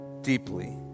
deeply